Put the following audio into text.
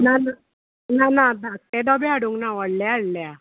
ना ना ना ना धाकटे दोबे हाडूंक ना व्हडल्या हाडल्या